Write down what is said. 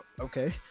Okay